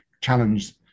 challenge